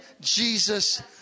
Jesus